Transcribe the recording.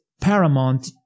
paramount